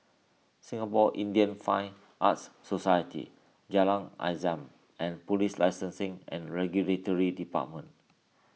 Singapore Indian Fine Arts Society Jalan Azam and Police Licensing and Regulatory Department